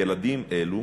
ילדים אלו,